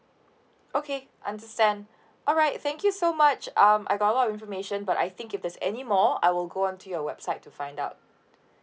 okay understand alright thank you so much um I got a lot of information but I think if there's any more I will go on to your website to find out